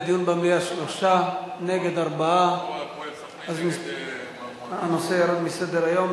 במליאה, 3, נגד, 4. הנושא ירד מסדר-היום.